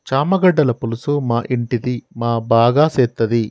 చామగడ్డల పులుసు మా ఇంటిది మా బాగా సేత్తది